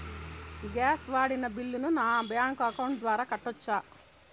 Gas వాడిన బిల్లును నా బ్యాంకు అకౌంట్ ద్వారా కట్టొచ్చా?